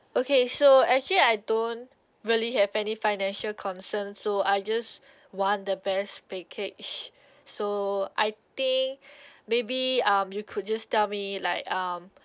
okay so actually I don't really have any financial concern so I just want the best package so I think maybe um you could just tell me like um